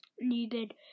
needed